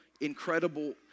incredible